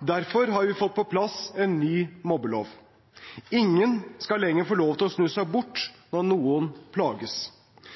Derfor har vi fått på plass en ny mobbelov. Ingen skal lenger få lov til å snu seg bort når noen plages.